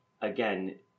Again